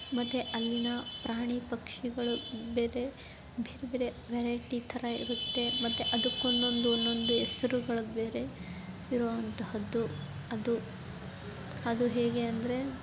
ಮತ್ತೆ ಅಲ್ಲಿನ ಪ್ರಾಣಿ ಪಕ್ಷಿಗಳು ಬೇರೆ ಬೇರೆ ಬೇರೆ ವೆರೈಟಿ ಥರ ಇರುತ್ತೆ ಮತ್ತು ಅದಕ್ಕೆ ಒಂದೊಂದು ಒಂದೊಂದು ಹೆಸ್ರುಗಳು ಬೇರೆ ಇರುವಂತಹದ್ದು ಅದು ಅದು ಹೇಗೆ ಅಂದರೆ